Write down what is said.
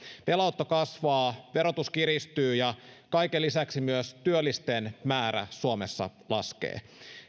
velanotto kasvaa verotus kiristyy ja kaiken lisäksi myös työllisten määrä suomessa laskee